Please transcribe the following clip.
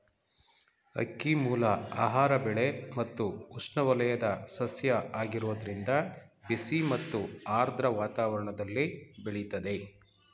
ಅಕ್ಕಿಮೂಲ ಆಹಾರ ಬೆಳೆ ಮತ್ತು ಉಷ್ಣವಲಯದ ಸಸ್ಯ ಆಗಿರೋದ್ರಿಂದ ಬಿಸಿ ಮತ್ತು ಆರ್ದ್ರ ವಾತಾವರಣ್ದಲ್ಲಿ ಬೆಳಿತದೆ